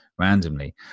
randomly